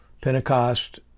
Pentecost